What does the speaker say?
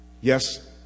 Yes